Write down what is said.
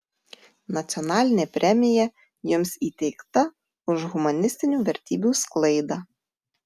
nacionalinė premija jums įteikta už humanistinių vertybių sklaidą